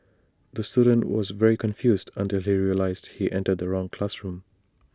the student was very confused until he realised he entered the wrong classroom